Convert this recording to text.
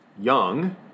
young